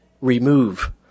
remove